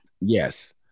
yes